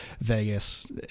Vegas